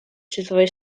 світової